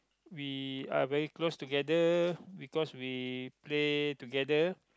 we are very close together because we play together